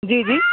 جی جی